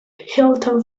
hilton